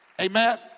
Amen